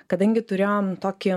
kadangi turėjom tokį